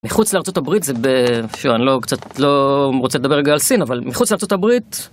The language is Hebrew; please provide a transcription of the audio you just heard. מחוץ לארצות הברית זה בשביל לא קצת לא רוצה לדבר רגע על סין אבל מחוץ לארצות הברית.